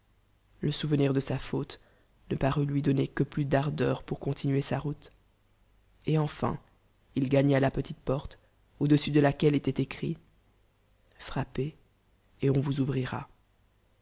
le souvenir de sa faute ne parut lui donner que plus d'ardeur pour continuer sa route et enim il gagna la pelile porte au-dessus de laquelle étoit écrit frrt npex el on vous o